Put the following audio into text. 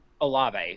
Olave